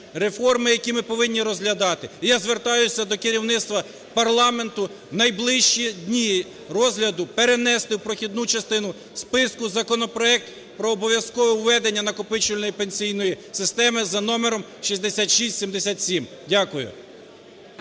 реформи, які ми повинні розглядати. І я звертаюся до керівництва парламенту в найближчі дні розгляду перенести в прохідну частину списку законопроект про обов'язкове введення накопичувальної пенсійної системи за номером 6677. Дякую.